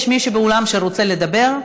יש מישהו באולם שרוצה לדבר?